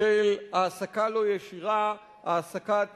של העסקה לא ישירה, העסקת